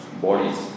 bodies